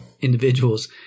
individuals